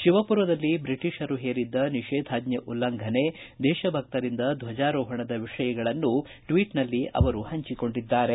ಶಿವಪುರದಲ್ಲಿ ಬ್ರಿಟಿಷರು ಹೇರಿದ್ದ ನಿಷೇಧಾಜ್ಞೆ ಉಲ್ಲಂಘನೆ ದೇಶಭಕ್ತರಿಂದ ಧ್ವಜಾರೋಹಣದ ವಿಷಯಗಳನ್ನು ಟ್ವೀಟ್ನಲ್ಲಿ ಹಂಚಿಕೊಂಡಿದ್ದಾರೆ